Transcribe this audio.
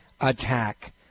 attack